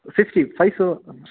fifty five zero